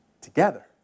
together